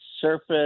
surface